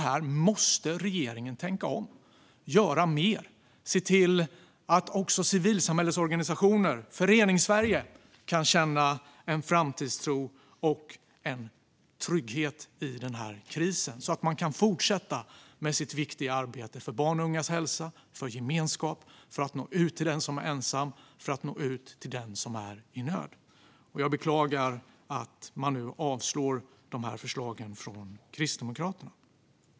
Här måste regeringen tänka om, göra mer och se till att också civilsamhällesorganisationer och Föreningssverige kan känna framtidstro och trygghet i krisen, så att de kan fortsätta med sitt viktiga arbete för barns och ungas hälsa, för gemenskap och för att nå ut till den som är ensam och den som är i nöd. Jag beklagar att förslagen från Kristdemokraterna nu avslås.